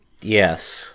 Yes